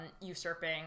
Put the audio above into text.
usurping